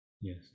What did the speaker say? Yes